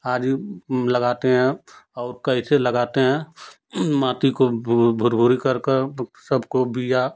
आदि लगाते हैं और कैसे लगाते हैं माटी को भुरभुरी कर कर सबको बीया